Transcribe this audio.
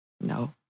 No